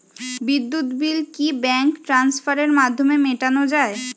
বিদ্যুৎ বিল কি ব্যাঙ্ক ট্রান্সফারের মাধ্যমে মেটানো য়ায়?